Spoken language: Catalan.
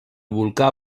volcà